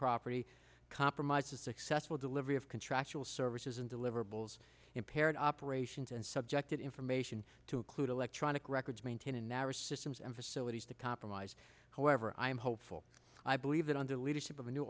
property compromised a successful delivery of contractual services and deliverables impaired operations and subjected information to include electronic records maintain a narrower systems and facilities to compromise however i am hopeful i believe that under the leadership of a new